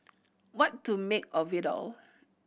what to make of it all